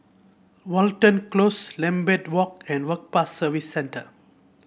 Watten Close Lambeth Walk and Work Pass Service Centre